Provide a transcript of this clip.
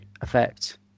effect